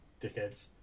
dickheads